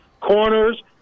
Corners